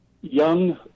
Young